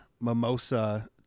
mimosa